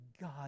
God